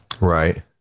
Right